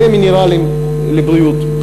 במינרלים לבריאות,